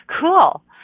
Cool